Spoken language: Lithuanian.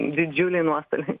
didžiuliai nuostoliai